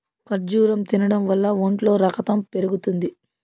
ఖర్జూరం తినడం వల్ల ఒంట్లో రకతం పెరుగుతుంది